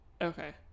Okay